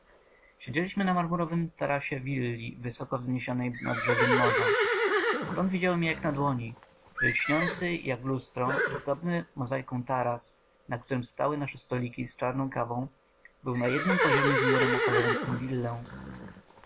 siedzieliśmy na marmurowym tarasie willi wysoko wzniesionej nad brzegiem morza stąd widziałem je jak na dłoni lśniący jak lustro zdobny mozajką taras na którym stały nasze stoliki z czarną kawą był na jednym poziomie z murem okalającym